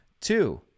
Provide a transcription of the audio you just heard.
Two